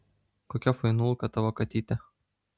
kokia fainulka tavo katytė